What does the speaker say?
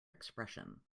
expression